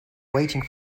waiting